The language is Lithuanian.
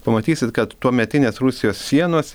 pamatysit kad tuometinės rusijos sienos